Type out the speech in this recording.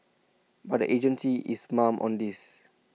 but agency is mum on this